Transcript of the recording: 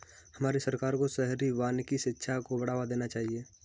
हमारे सरकार को शहरी वानिकी शिक्षा को बढ़ावा देना चाहिए